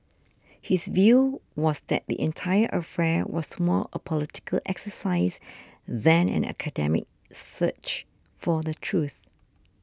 his view was that the entire affair was more a political exercise than an academic search for the truth